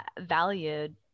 valued